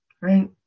right